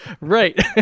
right